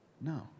No